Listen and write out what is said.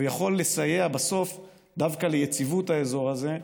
ויכול לסייע בסוף דווקא ליציבות האזור הזה,